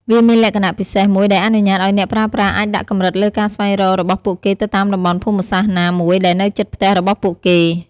វាមានលក្ខណៈពិសេសមួយដែលអនុញ្ញាតឱ្យអ្នកប្រើប្រាស់អាចដាក់កម្រិតលើការស្វែងរករបស់ពួកគេទៅតាមតំបន់ភូមិសាស្ត្រណាមួយដែលនៅជិតផ្ទះរបស់ពួកគេ។